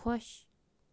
خۄش